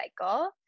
cycle